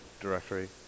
directory